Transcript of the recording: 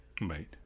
right